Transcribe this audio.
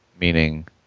meaning